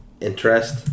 interest